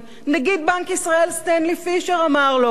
נגיד בנק ישראל סטנלי פישר אמר לו,